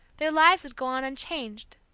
their lives would go on unchanged,